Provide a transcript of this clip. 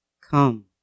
come